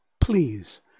please